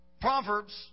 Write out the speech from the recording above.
Proverbs